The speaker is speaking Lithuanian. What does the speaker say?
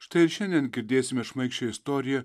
štai ir šiandien girdėsime šmaikščią istoriją